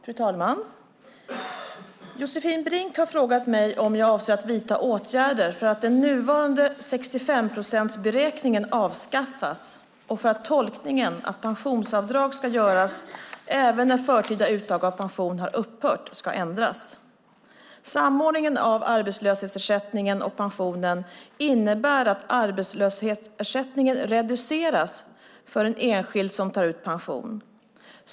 Fru talman! Josefin Brink har frågat mig om jag avser att vidta åtgärder för att den nuvarande 65-procentsberäkningen avskaffas och för att tolkningen, att pensionsavdrag ska göras även när förtida uttag av pension har upphört, ska ändras. Samordningen av arbetslöshetsersättning och pension innebär att arbetslöshetsersättningen reduceras för en enskild som tar ut pension.